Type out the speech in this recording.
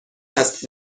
است